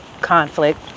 conflict